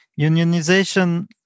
Unionization